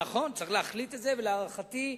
נכון, צריך להחליט את זה, ולהערכתי,